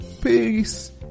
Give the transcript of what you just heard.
peace